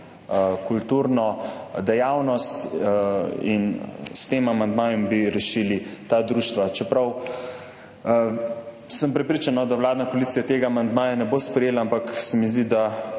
kulturno dejavnost. S tem amandmajem bi rešili ta društva. Čeprav sem prepričan, da vladna koalicija tega amandmaja ne bo sprejela, ampak se mi zdi, da